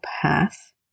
path